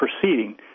proceeding